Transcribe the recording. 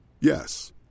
Yes